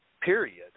period